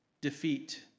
defeat